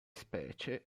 specie